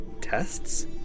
Tests